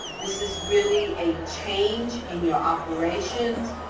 this is really a change in your operations,